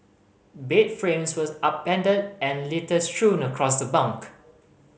bed frames were upended and litter strewn across the bunk